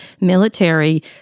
military